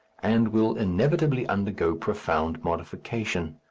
and will inevitably undergo profound modification.